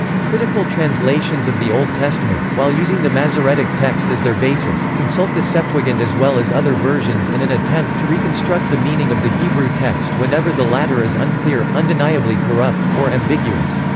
critical translations of the old testament, while using the masoretic text as their basis, consult the septuagint as well as other versions in an attempt to reconstruct the meaning of the hebrew text whenever the latter is unclear, undeniably corrupt, or ambiguous.